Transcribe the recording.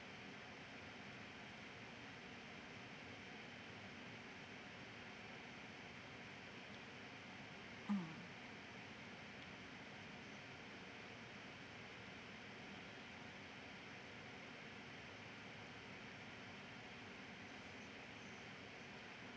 mm